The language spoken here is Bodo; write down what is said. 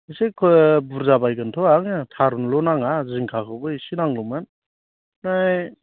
इसे बुरजा बायगोनथ' आङो थारुनल' नाङा जिंखाखौबो एसे नांगौमोन फ्राय